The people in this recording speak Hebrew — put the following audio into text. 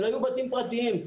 אלה היו בתים פרטיים.